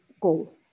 goal